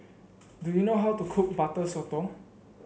do you know how to cook Butter Sotong